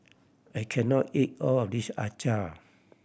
I can not eat all of this acar